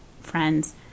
friends